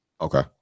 Okay